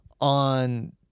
on